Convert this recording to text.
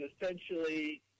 essentially